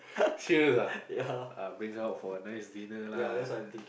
fierce ah uh bring her out for a nice dinner lah